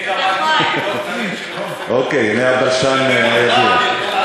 אוקיי, הנה הבלשן הידוע.